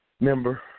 member